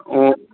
हुन्छ